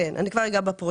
כן, אני כבר אגע בפרויקטים.